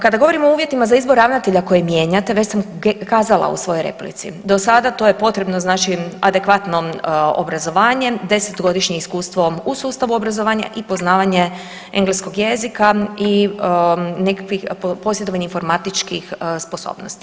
Kada govorimo o uvjetima za izbor ravnatelja koje mijenjate već sam kazala u svojoj replici, do sada to je potrebno znači adekvatno obrazovanje, 10-to godišnje iskustvo u sustavu obrazovanja i poznavanja engleskog jezika i nekakvih posjedovanje informatičkih sposobnosti.